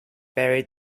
buried